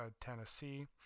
Tennessee